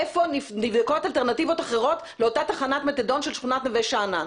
איפה נבדוק אלטרנטיבות אחרות לאותה תחנת מתדון של שכונת נווה שאנן.